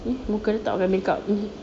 ni muka dia tak pakai makeup